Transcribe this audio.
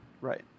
right